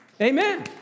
Amen